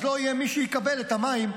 אז לא יהיה מי שיקבל את המים,